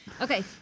Okay